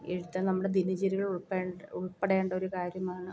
എഴുത്ത് നമ്മുടെ ദിനചര്യകളിൽ ഉൾപ്പെടേണ്ട ഉൾപ്പെടേണ്ട ഒരു കാര്യമാണ്